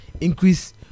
increase